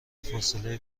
فاصله